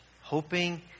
hoping